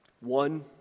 One